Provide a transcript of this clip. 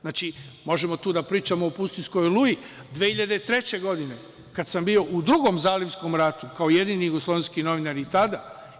Znači, možemo tu da pričamo o Pustinjskoj oluji 2003. godine, kada sam bio u Drugom zalivskom ratu, kao jedini jugoslovenski novinar i tada.